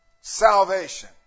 Salvation